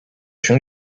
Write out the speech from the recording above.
się